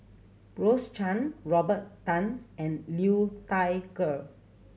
Rose Chan Robert Tan and Liu Thai Ker